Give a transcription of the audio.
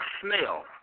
smell